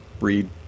read